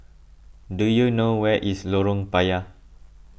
do you know where is Lorong Payah